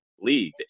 league